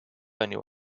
anyone